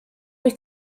wyt